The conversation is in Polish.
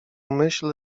myśl